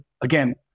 again